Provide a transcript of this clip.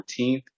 14th